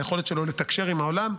זה היכולת שלו לתקשר עם העולם.